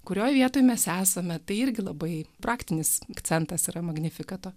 kurioj vietoj mes esame tai irgi labai praktinis akcentas yra magnifikato